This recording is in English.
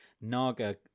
Naga